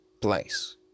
place